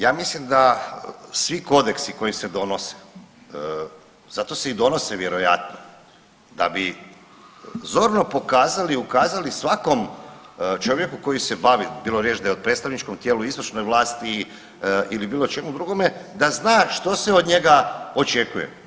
Ja mislim da svi kodeksi koji se donose zato se i donose vjerojatno da bi zorno pokazali i ukazali svakom čovjeku koji se bavi, bilo riječ da je o predstavničkom tijelu, izvršnoj vlasti ili bilo čemu drugome da zna što se od njega očekuje.